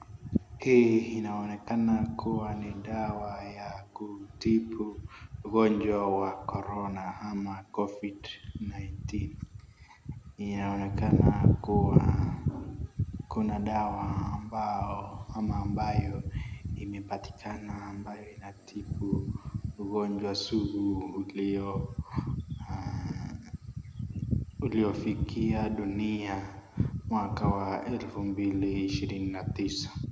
Hii inaonekana kuwa ni dawa ya kutibu ugonjwa wa Corona ama Covid-19 . Inaonekana kuwa kuna dawa ambayo ama ambayo imepatikana ambayo inatibu ugonjwa sugu ulio uliofikia dunia mwaka wa elfu mbili ishirini na tisa.